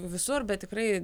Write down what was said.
visur bet tikrai